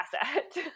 asset